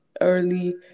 early